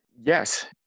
Yes